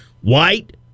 white